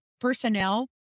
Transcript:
personnel